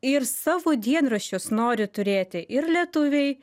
ir savo dienraščius nori turėti ir lietuviai